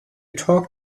talk